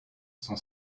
son